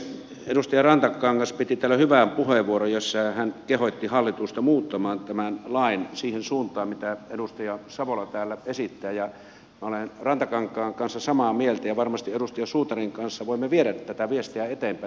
edustaja rantakangas piti täällä hyvän puheenvuoron jossa hän kehotti hallitusta muuttamaan tämän lain siihen suuntaan mitä edustaja savola täällä esittää ja minä olen rantakankaan kanssa samaa mieltä ja varmasti edustaja suutarin kanssa voimme viedä tätä viestiä eteenpäin että näin tehtäisiin